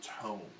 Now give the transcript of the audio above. tone